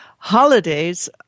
Holidays